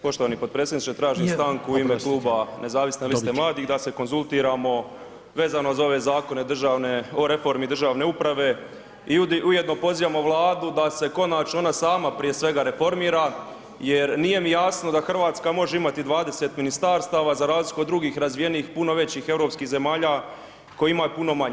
Poštovani potpredsjedniče, tražim stanku u ime Kluba zastupnika Nezavisne liste mladih da se konzultiramo vezano za ove zakone državne o reformi državne uprave i ujedno pozivamo Vladu da se konačno sama prije svega reformira jer nije mi jasno da Hrvatska može imati 20 ministarstava za razliku od drugih razvijenijih, puno većih europskih zemalja kojih ima puno manje.